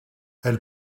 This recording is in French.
elle